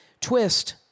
twist